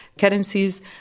currencies